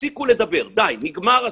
תפסיקו לדבר, די, נגמר הסיפור,